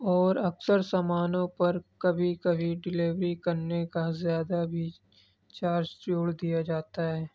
اور اکثر سامانوں پر کبھی کبھی ڈیلیوری کرنے کا زیادہ بھی چارج جوڑ دیا جاتا ہے